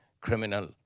criminal